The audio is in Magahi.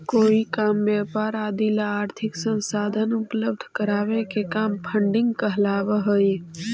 कोई काम व्यापार आदि ला आर्थिक संसाधन उपलब्ध करावे के काम फंडिंग कहलावऽ हई